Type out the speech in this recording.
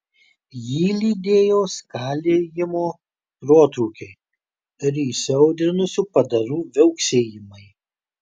jį lydėjo skalijimo protrūkiai ir įsiaudrinusių padarų viauksėjimai